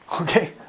Okay